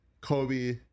Kobe